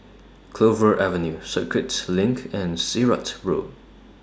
Clover Avenue Circuit LINK and Sirat Road